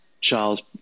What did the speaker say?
Charles